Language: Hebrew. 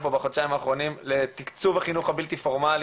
פה בחודשיים האחרונים לתקצוב החינוך הבלתי פורמלי,